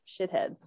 shitheads